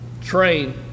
train